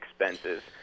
expenses